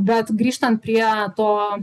bet grįžtant prie to